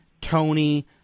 Tony